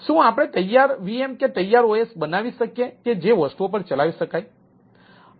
શું આપણે તૈયાર VM કે તૈયાર OS બનાવી શકીએ કે જે વસ્તુઓ પર ચલાવી શકાય